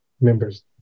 members